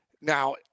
Now